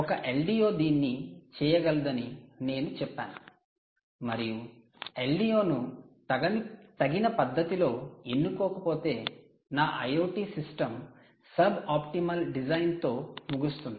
ఒక LDO దీన్ని చేయగలదని నేను చెప్పాను మరియు LDO ను తగిన పద్ధతిలో ఎన్నుకోకపోతే నా IoT system suboptimal design తో ముగుస్తుంది